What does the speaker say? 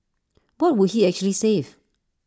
what would he actually save